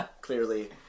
clearly